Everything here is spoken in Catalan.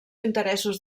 interessos